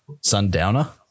Sundowner